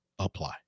Apply